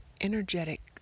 energetic